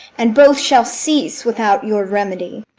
and both shall cease, without your remedy.